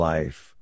Life